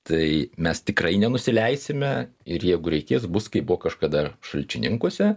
tai mes tikrai nenusileisime ir jeigu reikės bus kaip buvo kažkada šalčininkuose